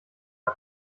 der